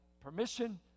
permission